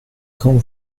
quand